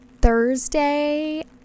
Thursday